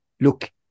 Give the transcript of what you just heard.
look